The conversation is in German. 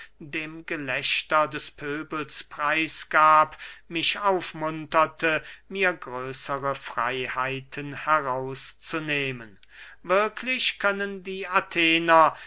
dem gelächter des pöbels preis gab mich aufmunterte mir größere freyheiten heraus zu nehmen wirklich können die athener